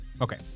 Okay